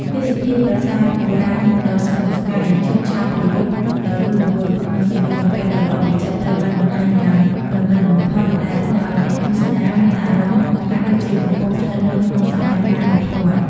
ទេសភាពប្រាសាទបុរាណដ៏ស្កឹមស្កៃ ឈុតឆាកប្រយុទ្ធដ៏រស់រវើក និងសំលៀកបំពាក់ដ៏ល្អវិចិត្រ ត្រូវបានបង្ហាញយ៉ាងប្រណិតបំផុត ដែលធ្វើឲ្យអ្នកទស្សនាមានអារម្មណ៍ហាក់ដូចជាកំពុងស្ថិតនៅក្នុងសម័យកាលនោះផ្ទាល់។